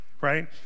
right